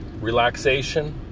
Relaxation